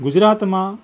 ગુજરાતમાં